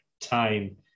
time